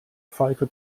pfeife